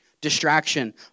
Distraction